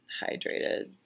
hydrated